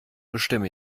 bestimme